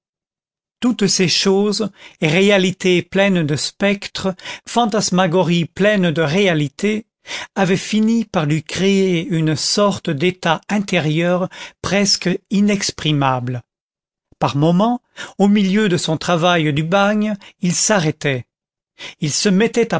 toutes ces choses réalités pleines de spectres fantasmagories pleines de réalités avaient fini par lui créer une sorte d'état intérieur presque inexprimable par moments au milieu de son travail du bagne il s'arrêtait il se mettait à